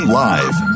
live